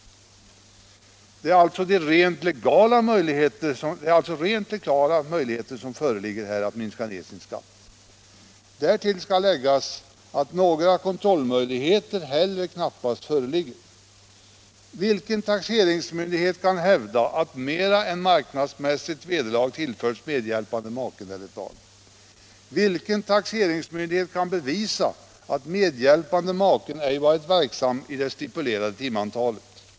Detta är alltså de rent legala möjligheter som föreligger att minska beskattningen. Därtill skall läggas att några kontrollmöjligheter knappast heller föreligger. Vilken taxeringsmyndighet kan hävda att mer än marknadsmässigt vederlag tillförts medhjälpande make eller barn? Vilken taxeringsmyndighet kan bevisa att medhjälpande make ej varit verksam det stipulerade timantalet?